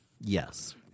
Yes